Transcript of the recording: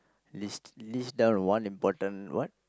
list list down one important what